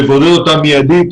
לבודד אותם מיידית,